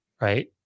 right